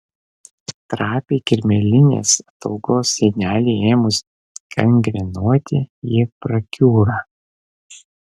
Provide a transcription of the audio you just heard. trapiai kirmėlinės ataugos sienelei ėmus gangrenuoti ji prakiūra